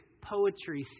poetry